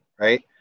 Right